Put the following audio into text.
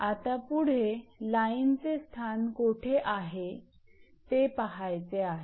आता पुढे लाईनचे स्थान कुठे आहे ते पाहायचे आहे